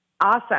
Awesome